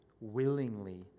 willingly